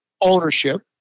ownership